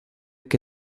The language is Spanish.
que